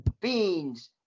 Beans